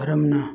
ꯀꯔꯝꯅ